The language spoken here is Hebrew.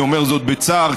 אני אומר זאת בצער,